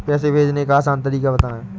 पैसे भेजने का आसान तरीका बताए?